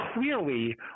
clearly